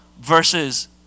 versus